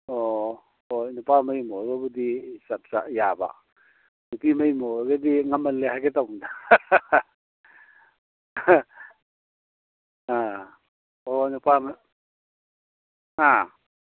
ꯑꯣ ꯍꯣꯏ ꯅꯨꯄꯥ ꯃꯌꯨꯝ ꯑꯣꯏꯔꯒꯕꯨꯗꯤ ꯌꯥꯕ ꯅꯨꯄꯤ ꯃꯌꯨꯝ ꯑꯣꯏꯔꯒꯗꯤ ꯉꯟꯃꯜꯂꯦ ꯍꯥꯏꯒꯦ ꯇꯧꯕꯅꯤꯗꯥ ꯑ ꯑꯣ ꯅꯨꯄꯥ ꯍꯥ